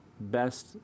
best